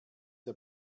der